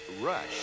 Rush